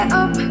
up